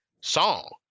song